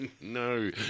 no